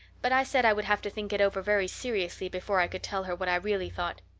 but i said i would have to think it over very seriously before i could tell her what i really thought.